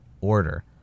Order